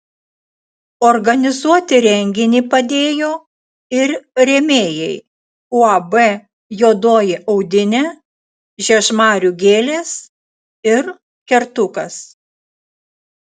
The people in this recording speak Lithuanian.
organizuoti renginį padėjo ir rėmėjai uab juodoji audinė žiežmarių gėlės ir kertukas